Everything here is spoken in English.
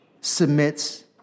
submits